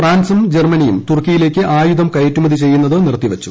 ഫ്രാൻസും ജർമനിയും തുർക്കിയിലേക്ക് ആയുധം കയറ്റുമതി ചെയ്യുന്നത് നിർത്തിവച്ചു